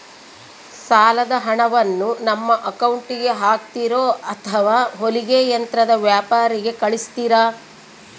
ಸಾಲದ ಹಣವನ್ನು ನಮ್ಮ ಅಕೌಂಟಿಗೆ ಹಾಕ್ತಿರೋ ಅಥವಾ ಹೊಲಿಗೆ ಯಂತ್ರದ ವ್ಯಾಪಾರಿಗೆ ಕಳಿಸ್ತಿರಾ?